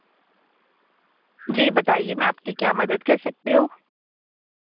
جی بتائیے میں آپ کی کیا مدد کر سکتی ہوں